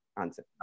answer